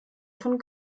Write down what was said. von